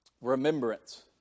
remembrance